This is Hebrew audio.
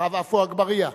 אחריו, עפו אגבאריה,